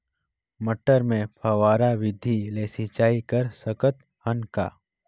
मटर मे फव्वारा विधि ले सिंचाई कर सकत हन का?